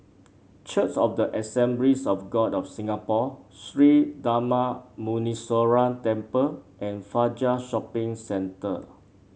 Church of the Assemblies of God of Singapore Sri Darma Muneeswaran Temple and Fajar Shopping Centre